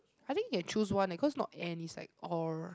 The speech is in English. I think they choose one leh cause not and it's like or